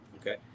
okay